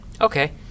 Okay